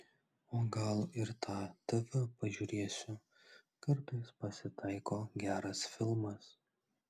o gal ir tą tv pažiūrėsiu kartais pasitaiko geras filmas